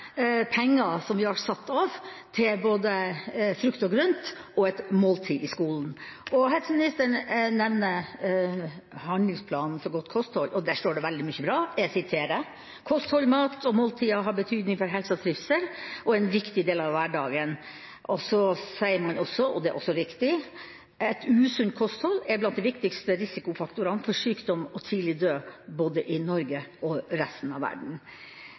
satt av til både frukt og grønt og et måltid i skolen. Helseministeren nevner handlingsplanen for godt kosthold. Der står det veldig mye bra. Jeg siterer: «Kosthold, mat og måltider har betydning for helse og trivsel og er en viktig del av hverdagen.» Og så sier man – og det er også viktig – at et usunt kosthold er «blant de viktigste risikofaktorene for sykdom og for tidlig død både i Norge og i resten av verden».